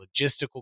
logistical